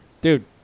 dude